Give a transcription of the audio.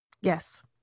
Yes